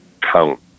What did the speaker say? count